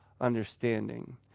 understanding